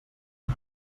sol